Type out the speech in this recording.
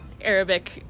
Arabic